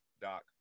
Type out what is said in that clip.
Doc